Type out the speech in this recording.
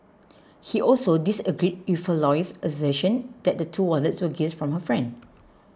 he also disagreed with her lawyer's assertion that the two wallets were gifts from her friend